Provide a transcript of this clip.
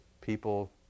People